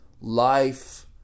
Life